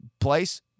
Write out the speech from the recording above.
place